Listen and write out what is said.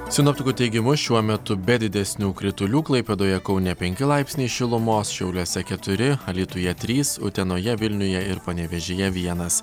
sinoptikų teigimu šiuo metu be didesnių kritulių klaipėdoje kaune penki laipsniai šilumos šiauliuose keturi alytuje trys utenoje vilniuje ir panevėžyje vienas